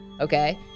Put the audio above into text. okay